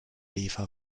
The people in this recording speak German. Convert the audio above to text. eva